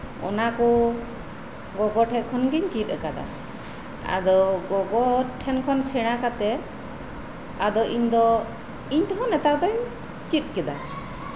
ᱚᱱᱟ ᱠᱚ ᱜᱚᱜᱚ ᱴᱷᱮᱱ ᱠᱷᱚᱱᱜᱤᱧ ᱪᱮᱫ ᱠᱟᱫᱟ ᱟᱫᱚ ᱜᱚᱜᱚ ᱴᱷᱮᱱ ᱠᱷᱚᱱ ᱥᱮᱬᱟ ᱠᱟᱛᱮᱜ ᱟᱫᱚ ᱤᱧ ᱫᱚ ᱤᱧ ᱛᱮᱦᱚᱸ ᱱᱮᱛᱟᱨ ᱫᱚᱧ ᱪᱮᱫ ᱠᱮᱫᱟ